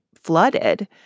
flooded